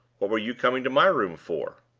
what were you coming to my room for?